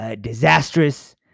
disastrous